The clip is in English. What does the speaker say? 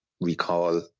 recall